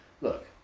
look